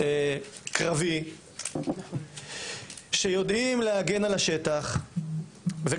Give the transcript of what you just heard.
אזרחים ואין לי ספק שצריך לעבות את הכוח וצריך